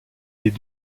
des